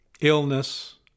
illness